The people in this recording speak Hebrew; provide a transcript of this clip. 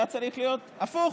היה צריך להיות הפוך.